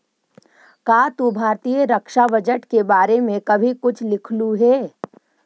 का तू भारतीय रक्षा बजट के बारे में कभी कुछ लिखलु हे